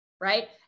right